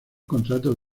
contrato